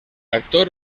actor